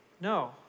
No